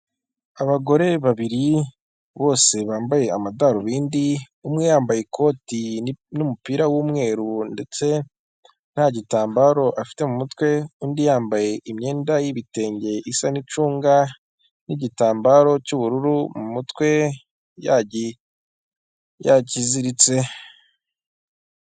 Abagore babiri bose bambaye amadarubindi umwe yambaye ikoti n'umupira w'umweru ndetse nta gitambaro afite mu mutwe, undi yambaye imyenda y'ibitenge isa n'icunga n'igitambararo cy'ubururu mu mutwe yakiziritse.